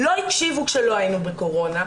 לא הקשיבו כשלא היינו בקורונה.